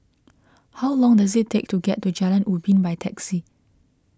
how long does it take to get to Jalan Ubin by taxi